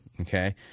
Okay